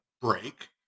break